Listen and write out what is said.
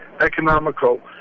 economical